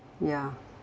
ya